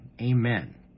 Amen